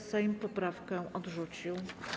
Sejm poprawkę odrzucił.